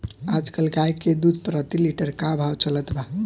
आज कल गाय के दूध प्रति लीटर का भाव चलत बा?